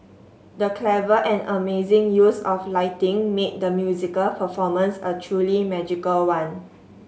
the clever and amazing use of lighting made the musical performance a truly magical one